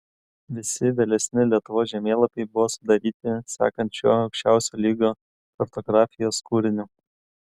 visi vėlesni lietuvos žemėlapiai buvo sudaryti sekant šiuo aukščiausio lygio kartografijos kūriniu